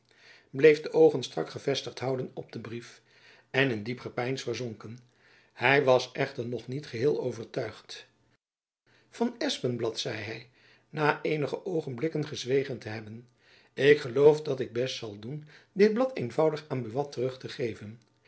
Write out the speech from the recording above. bleef de oogen strak gevestigd houden op den brief en in diep gepeins verzonken hy was echter nog niet geheel overtuigd van espenblad zeide hy na eenige oogenblikken gezwegen te hebben ik geloof dat ik best zal doen dit blad eenvoudig aan buat terug te geven